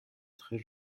très